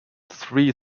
three